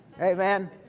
Amen